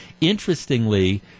Interestingly